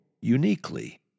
uniquely